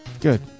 Good